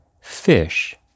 Fish